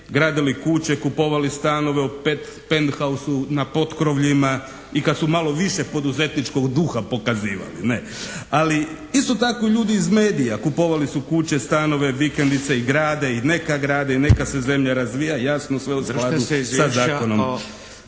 gradili kuće, kupovali stanove u Penthousu na potkrovljima i kad su malo više poduzetničkog duha pokazivali. Ali, isto tako ljudi iz medija kupovali su kuće, stanove, vikendice i grade i neka grade i neka se zemlja razvija jasno sve u skladu sa zakonom.